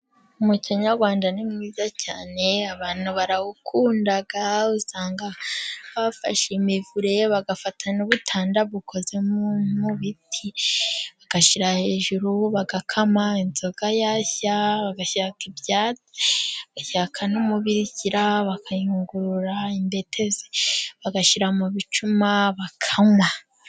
Umuco nyarwanda ni mwiza cyane abantu barawukunda, usanga bafashe imivure cyangwa bagafata n'ubutanda bukoze mu biti bagashyira hejuru bagakama inzoga, bagashaka n'umubirikira bakayungurura imbetezi bagashyira mu bicuma bakanywa.